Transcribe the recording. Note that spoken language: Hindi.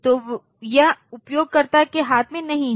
तो यह उपयोगकर्ता के हाथ में नहीं है